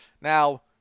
Now